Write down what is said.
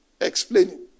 explaining